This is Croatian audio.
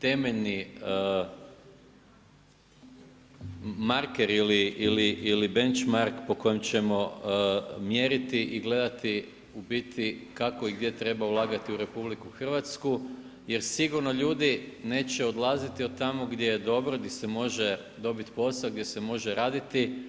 temeljni marker ili benc mark po kojem ćemo mjeriti i gledati u biti kako i gdje treba ulagati u Republiku Hrvatsku jer sigurno neće ljudi odlaziti od tamo gdje je dobro gdje se može dobiti posao, gdje se može raditi.